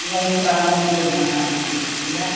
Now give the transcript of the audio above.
वयं प्रारम्भः कुर्मः इति किल